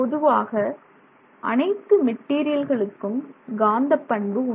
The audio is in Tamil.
பொதுவாக அனைத்து மெட்டீரியல்களுக்கும் காந்தப் பண்பு உண்டு